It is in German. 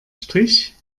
strich